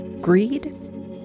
Greed